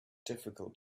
difficult